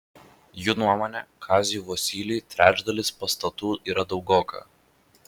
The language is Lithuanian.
jų nuomone kaziui vosyliui trečdalis pastatų yra daugoka